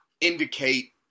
indicate